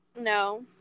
No